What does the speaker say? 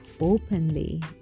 openly